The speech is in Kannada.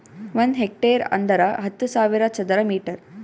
ಒಂದ್ ಹೆಕ್ಟೇರ್ ಅಂದರ ಹತ್ತು ಸಾವಿರ ಚದರ ಮೀಟರ್